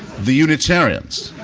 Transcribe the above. the unitarians,